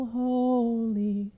holy